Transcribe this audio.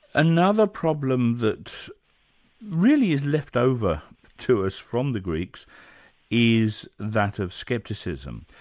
another problem that really is left over to us from the greeks is that of skepticism,